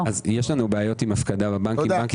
יש לנו בעיות עם הפקדה בבנק.